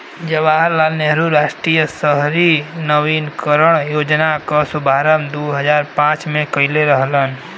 जवाहर लाल नेहरू राष्ट्रीय शहरी नवीनीकरण योजना क शुभारंभ दू हजार पांच में कइले रहलन